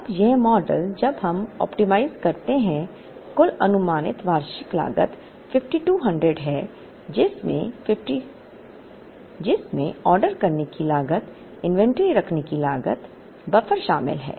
अब यह मॉडल जब हम ऑप्टिमाइज़ करते हैं कुल अनुमानित वार्षिक लागत 5200 है जिसमें ऑर्डर करने की लागत इन्वेंट्री रखने की लागत बफ़र शामिल है